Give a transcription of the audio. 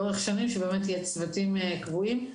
לאורך שנים שבאמת יהיו צוותים קבועים.